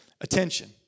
attention